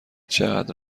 چقدر